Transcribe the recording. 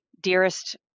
dearest